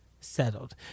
settled